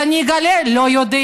אז אני אגלה: לא יודעים.